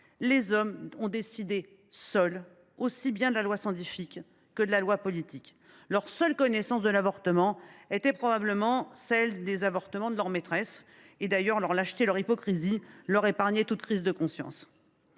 Les hommes ont décidé seuls, aussi bien de la loi scientifique que de la loi politique. Leur seule connaissance de l’avortement était probablement celle qu’ils avaient des avortements de leurs maîtresses. D’ailleurs, leur lâcheté et leur hypocrisie leur épargnaient toute crise de conscience.